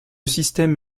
système